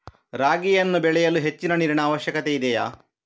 ರಾಗಿಯನ್ನು ಬೆಳೆಯಲು ಹೆಚ್ಚಿನ ನೀರಿನ ಅವಶ್ಯಕತೆ ಇದೆಯೇ?